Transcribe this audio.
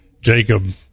Jacob